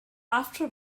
after